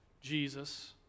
Jesus